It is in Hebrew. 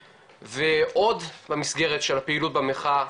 ועוד במסגרת של הפעילות במחאה,